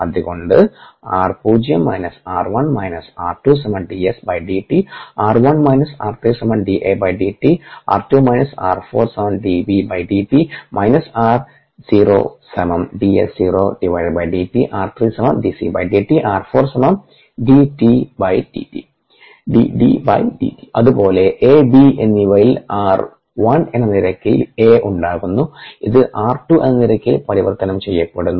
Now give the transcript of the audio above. അതുകൊണ്ടു അതുപോലെ A B എന്നിവയിൽ r1 എന്ന നിരക്കിൽ A ഉണ്ടാകുന്നു ഇത് r2 എന്ന നിരക്കിൽ പരിവർത്തനം ചെയ്യപ്പെടുന്നു